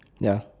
ya